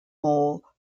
mall